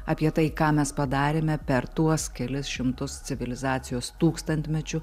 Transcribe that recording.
apie tai ką mes padarėme per tuos kelis šimtus civilizacijos tūkstantmečių